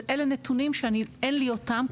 ואלו נתונים שאין לי אותם,